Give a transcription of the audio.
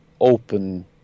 open